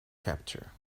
capture